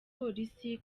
polisi